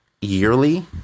yearly